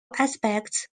aspects